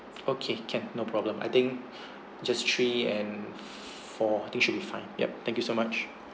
okay can no problem I think just three and four I think should be fine yup thank you so much